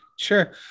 Sure